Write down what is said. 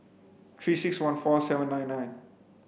three six one four seven nine nine